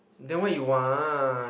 then what you want